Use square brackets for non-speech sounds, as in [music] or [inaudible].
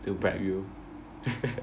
to bribe you [laughs]